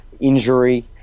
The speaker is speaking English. injury